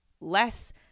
less